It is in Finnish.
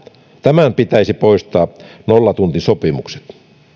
tämän pitäisi poistaa nollatuntisopimukset